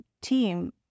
team